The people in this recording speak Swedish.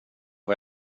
vad